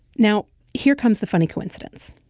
now here comes the funny coincidence.